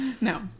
No